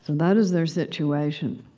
that is their situation.